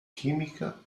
chimica